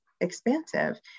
expansive